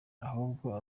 ahubwo